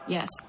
Yes